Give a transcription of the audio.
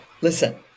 listen